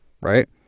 right